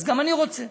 אז גם אני רוצה.